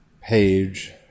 page